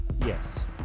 Yes